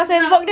not